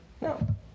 no